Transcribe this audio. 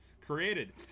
created